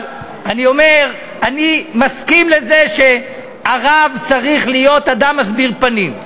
אני אומר שאני מסכים לזה שהרב צריך להיות אדם מסביר פנים.